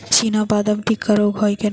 চিনাবাদাম টিক্কা রোগ হয় কেন?